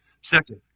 Second